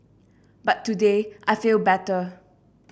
but today I feel better